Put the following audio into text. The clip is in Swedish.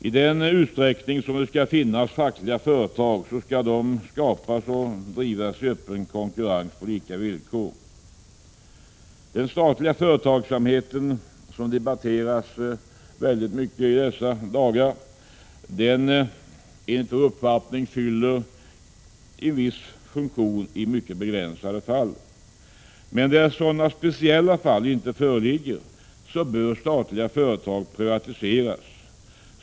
I den utsträckning som det skall finnas fackliga företag skall dessa skapas och drivas i öppen konkurrens på lika villkor. Den statliga företagsamheten, som debatteras mycket i dessa dagar, fyller en viss funktion i mycket begränsade fall. Där speciella skäl inte föreligger bör statliga företag privatiseras.